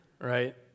right